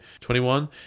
21